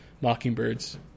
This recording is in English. Mockingbird's